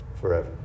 forever